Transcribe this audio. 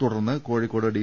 തുടർന്ന് കോഴിക്കോട് ഡി